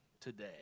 today